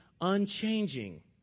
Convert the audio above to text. unchanging